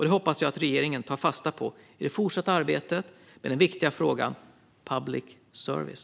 Det hoppas jag att regeringen tar fasta på i det fortsatta arbetet med den viktiga frågan om public service.